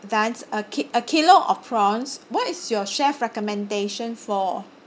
then a ki~ a kilo of prawns what is your chef recommendation for